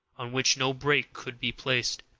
on which no brake could be placed,